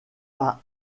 pas